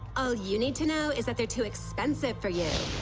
oh you need to know is that they're too expensive for you